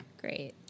Great